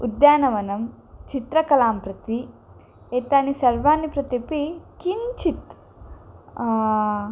उद्यानवनं चित्रकलां प्रति एतानि सर्वाणि प्रत्यपि किञ्चित्